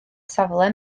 safle